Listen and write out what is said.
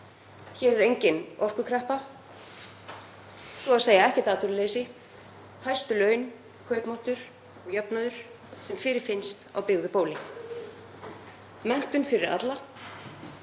Hér er engin orkukreppa, svo að segja ekkert atvinnuleysi, hæstu laun, kaupmáttur og jöfnuður sem fyrirfinnast á byggðu bóli, menntun fyrir alla.